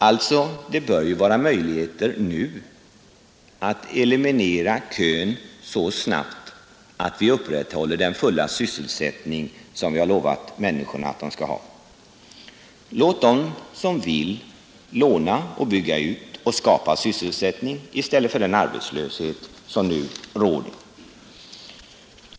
Alltså: Det bör finnas möjligheter nu att eliminera kön så snabbt att vi upprätthåller den fulla sysselsättning som vi har lovat människorna att de skall ha. Låt dem som vill låna och bygga ut och skapa sysselsättning i stället för den arbetslöshet som nu råder.